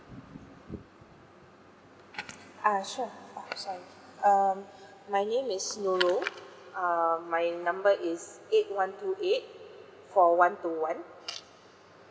uh sure uh sorry um my name is lulu err my number is eight one two eight four one two one